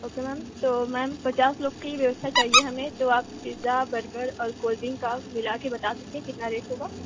okay ma'am तो ma'am पचास लोग की व्यवस्था चाहिए हमें तो आप पिज़्ज़ा बर्गर और कोल्ड ड्रिंक मिला कर बता सकते है कितना रेट होगा